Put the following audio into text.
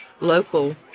local